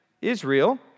Israel